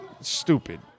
Stupid